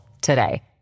today